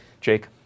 Jake